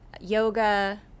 yoga